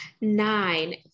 Nine